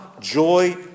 joy